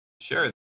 Sure